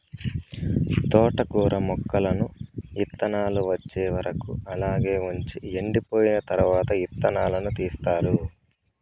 తోటకూర మొక్కలను ఇత్తానాలు వచ్చే వరకు అలాగే వుంచి ఎండిపోయిన తరవాత ఇత్తనాలను తీస్తారు